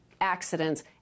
accidents